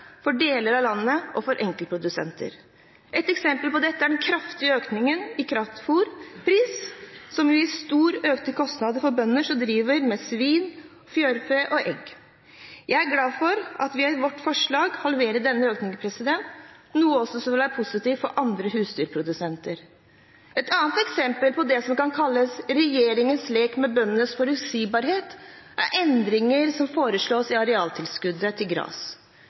for deler av landet og for enkeltprodusenter. Et eksempel på dette er den kraftige økningen i kraftfôrprisen, som vil gi store økte kostnader for bønder som driver med svin, fjørfe og egg. Jeg er glad for at vi i vårt forslag halverer denne økningen, noe som også vil være positivt for andre husdyrprodusenter. Et annet eksempel på det som kan kalles regjeringens lek med bøndenes forutsigbarhet, er endringene som foreslås i arealtilskuddet til gras.